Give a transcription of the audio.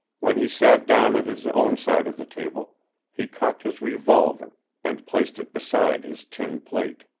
when he sat down at his own side of the table he cocked his revolver and placed it beside his tin plate.